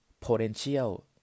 potential